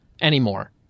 anymore